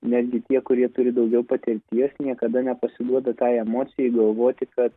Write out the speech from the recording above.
netgi tie kurie turi daugiau patirties niekada nepasiduoda tai emocijai galvoti kad